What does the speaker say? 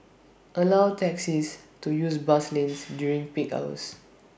allow taxis to use bus lanes during peak hours